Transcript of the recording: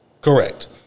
Correct